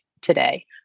today